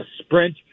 sprint